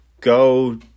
go